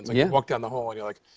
yeah walk down the hall, and you're like,